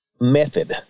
method